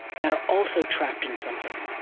that are also trapped in something.